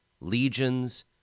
legions